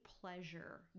pleasure